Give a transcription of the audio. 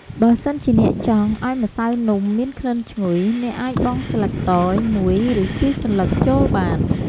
បើសិនជាអ្នកចង់ ឱ្យម្សៅនំមានក្លិនឈ្ងុយ អ្នកអាចបង់ស្លឹក តើយ មួយ ឬពីរសន្លឹកចូលបាន។